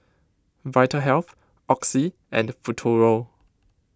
Vitahealth Oxy and Futuro